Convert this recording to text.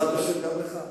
גם לך.